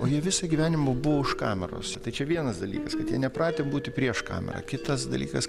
o jie visą gyvenimą buvo už kameros tai čia vienas dalykas kad jie nepratę būti prieš kamerą kitas dalykas